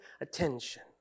attention